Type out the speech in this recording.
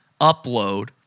upload